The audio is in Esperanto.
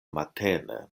matene